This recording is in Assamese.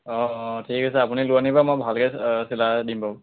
অঁ অঁ ঠিক আছে আপুনি লৈ আনিবা মই ভালকৈ চিলাই দিম বাৰু